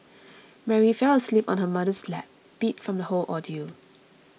Mary fell asleep on her mother's lap beat from the whole ordeal